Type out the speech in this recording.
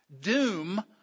doom